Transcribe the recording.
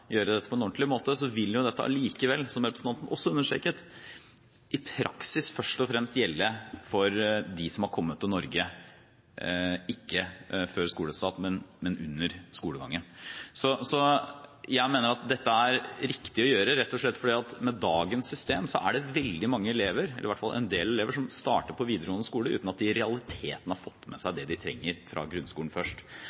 gjøre dette på en ordentlig måte – vil dette likevel, som representanten også understreket, i praksis først og fremst gjelde for dem som har kommet til Norge – ikke før skolestart, men underveis i skolegangen. Jeg mener dette er riktig å gjøre rett og slett fordi det med dagens system er veldig mange elever, eller i hvert fall en del elever, som starter på videregående skole uten at de i realiteten har fått med seg